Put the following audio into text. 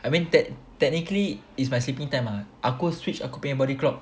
I mean tech~ technically it's my sleeping time ah aku switch aku punya body clock